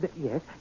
Yes